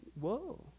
whoa